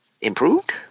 improved